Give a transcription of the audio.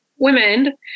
women